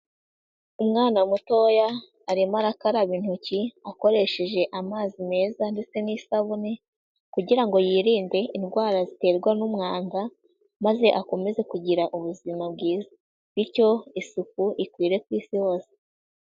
Umwana mutoya, arimo arakaraba intoki akoresheje amazi meza ndetse n'isabune kugira ngo yirinde indwara ziterwa n'umwanda, maze akomeze kugira ubuzima bwiza, bityo isuku ikwire ku isi hose.